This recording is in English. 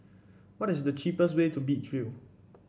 what is the cheapest way to Beach View